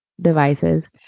devices